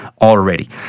already